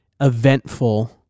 eventful